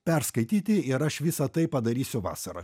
perskaityti ir aš visą tai padarysiu vasarą